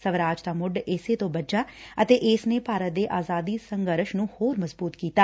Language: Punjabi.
ਸਵਰਾਜ ਦਾ ਮੁੱਢ ਇਸੇ ਤੋ ਬੱਝਾ ਅਤੇ ਇਸ ਨੇ ਭਾਰਤ ਦੇ ਆਜ਼ਾਦੀ ਸੰਘਰਸ਼ ਨੂੰ ਹੋਰ ਮਜਬੂਤ ਕੀਤਾ